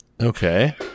okay